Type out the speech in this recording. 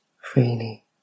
freely